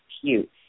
cute